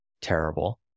terrible